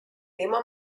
tema